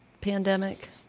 pandemic